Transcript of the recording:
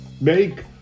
make